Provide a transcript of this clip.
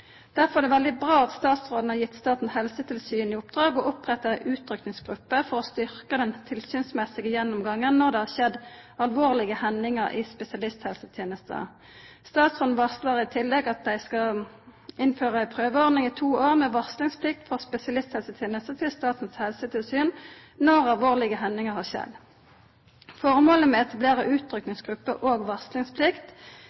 Derfor er det veldig bra at statsråden har gitt Statens helsetilsyn i oppdrag å oppretta ei utrykkingsgruppe for å styrkja den tilsynsmessige gjennomgangen når det har skjedd alvorlege hendingar i spesialisthelsetenesta. Statsråden varslar i tillegg at dei skal innføra ei prøveordning i to år med varslingsplikt for spesialisthelsetenesta til Statens helsetilsyn når alvorlege hendingar har skjedd. Formålet med